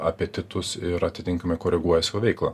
apetitus ir atitinkamai koreguoja savo veiklą